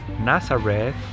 Nazareth